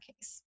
case